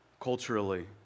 Culturally